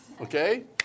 Okay